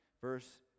Verse